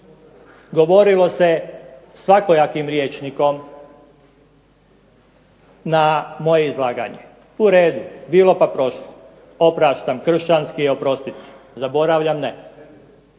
Govorilo se svakojakim rječnikom na moje izlaganje. U redu, bilo pa prošlo. Opraštam, kršćanski je oprostiti. Zaboravljam ne.